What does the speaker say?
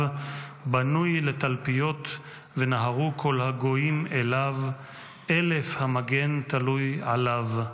/ בנוי לתלפיות ונהרו כל הגויים אליו / אלף המגן תלוי עליו".